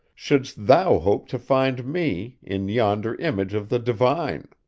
shouldst thou hope to find me, in yonder image of the divine